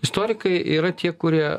istorikai yra tie kurie